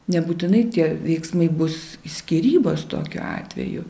nebūtinai tie veiksmai bus skyrybos tokiu atveju